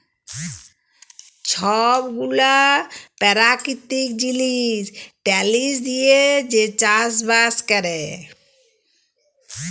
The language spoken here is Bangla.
ছব গুলা পেরাকিতিক জিলিস টিলিস দিঁয়ে যে চাষ বাস ক্যরে